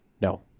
No